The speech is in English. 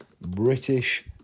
British